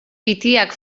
titiak